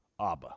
Abba